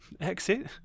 exit